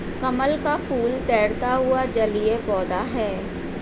कमल का फूल तैरता हुआ जलीय पौधा है